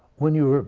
when you're